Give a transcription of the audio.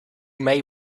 may